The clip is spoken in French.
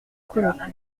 commission